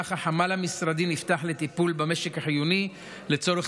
וכך החמ"ל המשרדי נפתח לטיפול במשק החיוני לצורך